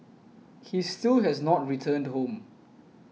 he still has not returned home